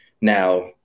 Now